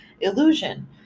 illusion